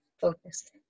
Focus